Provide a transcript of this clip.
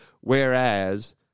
Whereas